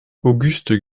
auguste